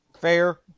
Fair